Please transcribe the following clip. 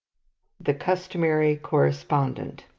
the customary correspondent